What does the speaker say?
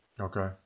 Okay